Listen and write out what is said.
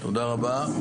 תודה רבה.